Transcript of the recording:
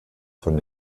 von